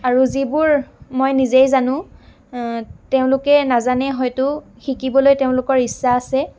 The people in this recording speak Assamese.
আৰু যিবোৰ মই নিজেই জানোঁ তেওঁলোকে নাজানে হয়তো শিকিবলৈ তেওঁলোকৰ ইচ্ছা আছে